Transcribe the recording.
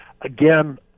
Again